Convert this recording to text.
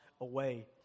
away